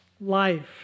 life